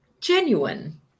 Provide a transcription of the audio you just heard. genuine